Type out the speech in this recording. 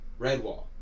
Redwall